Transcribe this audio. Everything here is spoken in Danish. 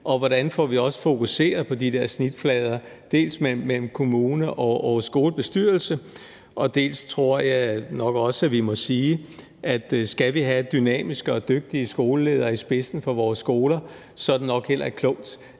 og hvordan vi også får fokuseret på de der snitflader mellem kommune og skolebestyrelse. Jeg tror, at vi nok også må sige, at skal vi have dynamiske og dygtige skoleledere i spidsen på vores skoler, er det nok heller ikke klogt,